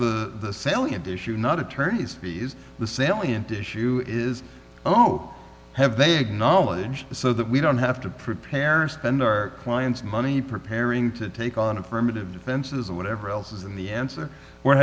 that's the salient issue not attorney's fees the salient issue is oh have they acknowledge it so that we don't have to prepare and spend our clients money preparing to take on affirmative defenses and whatever else is in the answer